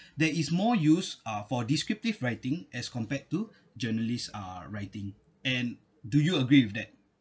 there is more use uh for descriptive writing as compared to journalists uh writing and do you agree with that